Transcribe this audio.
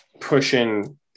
pushing